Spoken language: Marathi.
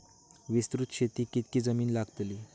विस्तृत शेतीक कितकी जमीन लागतली?